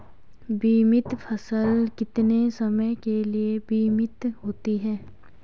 बीमित फसल कितने समय के लिए बीमित होती है?